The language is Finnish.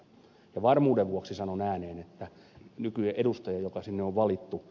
varmuuden vuoksi sanon ääneen että nykyedustaja jokaisen on valittu